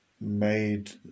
made